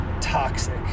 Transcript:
toxic